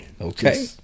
Okay